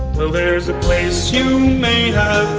well there's a place you may